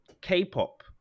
K-pop